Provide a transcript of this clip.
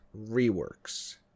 reworks